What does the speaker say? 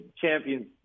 Champions